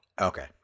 Okay